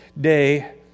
day